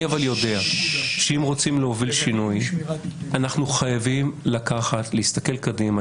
אני יודע שאם רוצים להוביל שינוי אנחנו חייבים להסתכל קדימה,